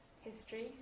history